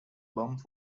bump